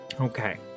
Okay